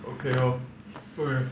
okay lor